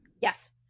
Yes